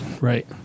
Right